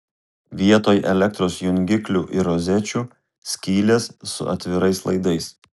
vietoj elektros jungiklių ir rozečių skylės su atvirais laidais